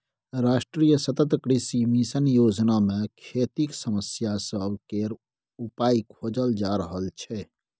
राष्ट्रीय सतत कृषि मिशन योजना मे खेतीक समस्या सब केर उपाइ खोजल जा रहल छै